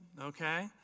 Okay